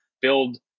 build